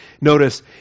Notice